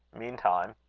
meantime,